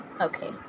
Okay